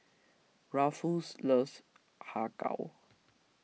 Ruffus loves Har Kow